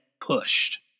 pushed